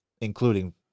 Including